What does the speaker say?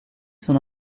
son